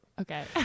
Okay